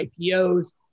IPOs